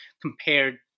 compared